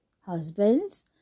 Husbands